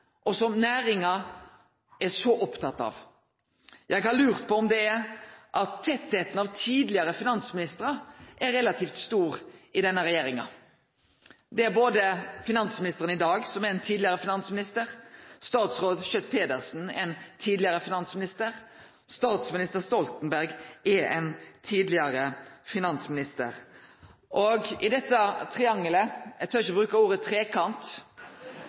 og som næringa er så oppteken av. Eg har lurt på om det er fordi det er relativt tett med tidlegare finansministrar i denne regjeringa – både finansministeren i dag er ein tidlegare finansminister, statsråd Schjøtt-Pedersen er ein tidlegare finansminister, og statsminister Stoltenberg er ein tidlegare finansminister. I dette triangelet – eg tør ikkje bruke ordet